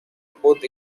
both